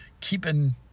keeping